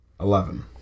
Eleven